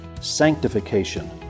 sanctification